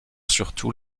surtout